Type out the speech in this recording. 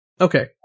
Okay